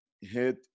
hit